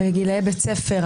בגילאי בית הספר,